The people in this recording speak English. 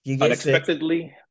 Unexpectedly